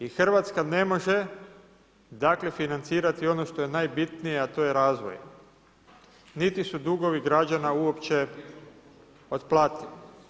I Hrvatska ne može financirati ono što je najbitnije, a to je razvoj, niti su dugovi građana uopće otplativi.